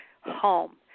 home